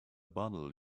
bottle